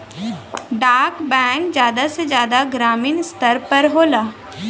डाक बैंक जादा से जादा ग्रामीन स्तर पर होला